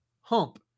hump